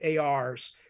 ARs